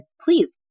please